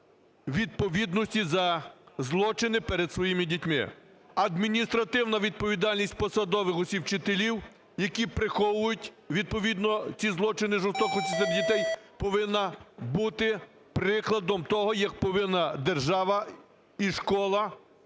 відповідності за злочини перед своїми дітьми, адміністративна відповідальність посадових осіб, вчителів, які приховують відповідно ці злочини жорсткості серед дітей, повинна бути прикладом того, як повинна держава і школа,